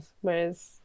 whereas